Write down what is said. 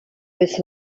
his